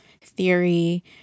theory